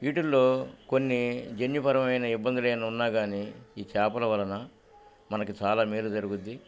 వీటిల్లో కొన్ని జన్పరమైన ఇబ్బందులునా ఉన్నా గానీ ఈ చేపల వలన మనకి చాలా మీరు జరుగుద్ది